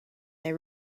they